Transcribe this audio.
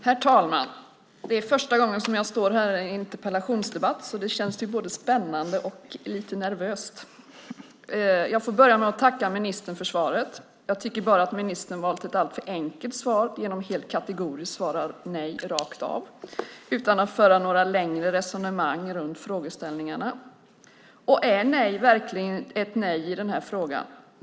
Herr talman! Det är första gången som jag står här i en interpellationsdebatt. Det känns både spännande och lite nervöst. Jag vill börja med att tacka ministern för svaret. Jag tycker bara att ministern har valt ett alltför enkelt svar genom att helt kategoriskt svara nej rakt av, utan att föra några längre resonemang om frågeställningarna. Är nej verkligen ett nej i den här frågan?